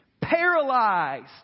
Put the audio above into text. Paralyzed